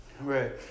Right